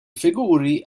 figuri